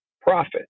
profit